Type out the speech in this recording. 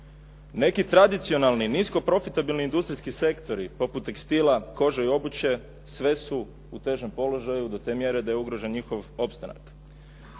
Neki tradicionalni, nisko profitabilni industrijski sektori poput tekstila, kože i obuće sve su u težem položaju do te mjere da je ugrožen njihov opstanak.